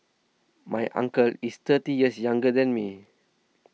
my uncle is thirty years younger than me